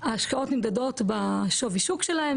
ההשקעות נמדדות בשווי השוק שלהם.